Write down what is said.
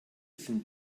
sind